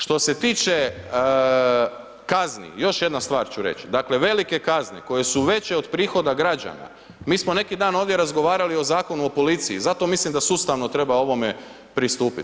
Što se tiče kazni, još jednu stvar ću reći, dakle velike kazne koje su veće od prihoda građana, mi smo neki dan ovdje razgovarali o Zakonu o policiji i zato mislim da sustavno treba ovome pristupiti.